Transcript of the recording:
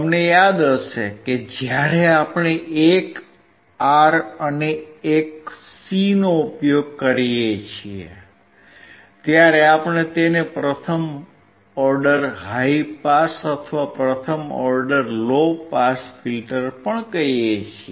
તમને યાદ હશે કે જ્યારે આપણે એક R અને એક C નો ઉપયોગ કરીએ છીએ ત્યારે આપણે તેને પ્રથમ ઓર્ડર હાઇ પાસ અથવા પ્રથમ ઓર્ડર લો પાસ ફિલ્ટર પણ કહીએ છીએ